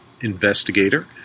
investigator